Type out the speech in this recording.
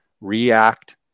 react